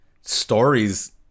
stories